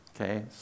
okay